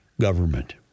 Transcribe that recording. government